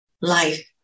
Life